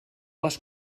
les